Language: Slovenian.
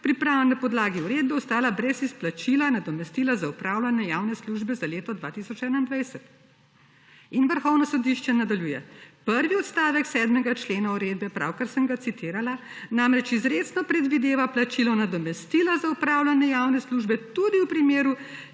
na podlagi uredbe, ostala brez izplačila nadomestila za opravljanje javne službe za leto 2021.« In Vrhovno sodišče nadaljuje, prvi odstavek, 7. člena uredbe, pravkar sem ga citirala, namreč izrecno predvideva plačilo nadomestila za opravljanje **52. TRAK: (ŠZ) - 17.15**